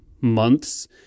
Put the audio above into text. months